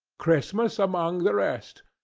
christmas among the rest.